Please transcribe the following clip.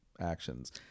actions